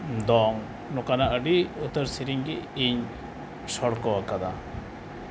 ᱫᱚᱝ ᱱᱚᱠᱟᱱᱟᱜ ᱟᱹᱰᱤ ᱩᱛᱟᱹᱨ ᱥᱮᱨᱮᱧᱜᱮ ᱤᱧ ᱥᱚᱲᱠᱚ ᱟᱠᱟᱫᱟ